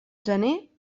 gener